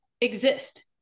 exist